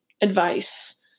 advice